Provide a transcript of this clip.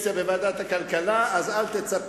חבר הכנסת אקוניס, אני צריך